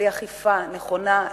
בלי אכיפה נכונה,